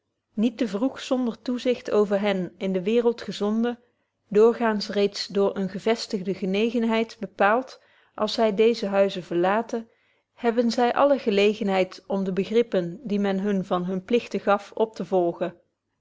niet te vroeg zonder toezicht over hen in de waereld gezonden doorgaans reeds door eene gevestigde genegenheid bepaalt als zy deeze huizen verlaten hebben zy alle gelegenheid om de begrippen die men hun van hunne pligten gaf op te volgen